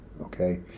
okay